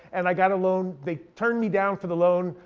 and i got a loan. they turned me down for the loan.